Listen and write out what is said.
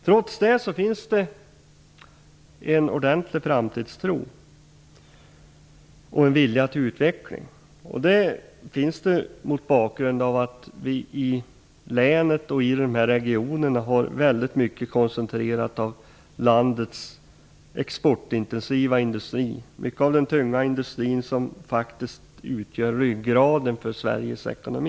Trots det finns en ordentlig framtidstro och en vilja till utveckling. Det beror på att vi i länet och i regionen har väldigt mycket av landets exportintensiva industri koncentrerad, dvs. mycket av den tunga industri som utgör ryggraden i Sveriges ekonomi.